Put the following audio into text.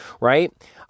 right